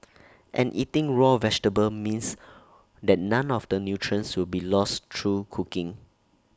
and eating raw vegetable means that none of the nutrients will be lost through cooking